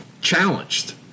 challenged